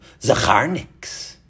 Zacharnik's